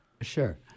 Sure